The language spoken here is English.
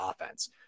offense